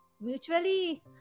mutually